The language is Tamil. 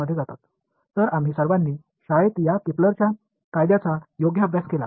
எனவே நாம் அனைவரும் இந்த கெப்லரின் Kepler's விதியை பள்ளியில் படித்தோம்